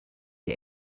der